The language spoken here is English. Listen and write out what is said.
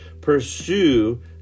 pursue